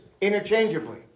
interchangeably